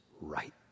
right